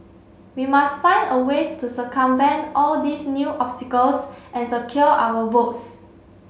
we must find a way to circumvent all these new obstacles and secure our votes